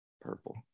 Purple